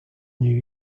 new